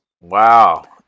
wow